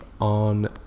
on